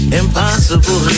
impossible